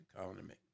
Economy